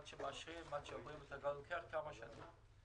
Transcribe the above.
עד שמאשרים ועוברים את הכול לוקח כמה שנים.